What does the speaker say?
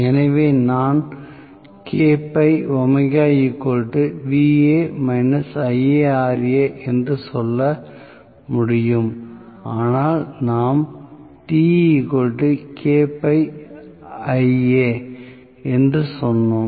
எனவே நான் என்று சொல்ல முடியும் ஆனால் நாம் என்று சொன்னோம்